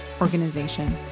organization